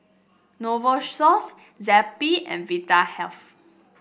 Novosource Zappy and Vitahealth